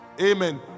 Amen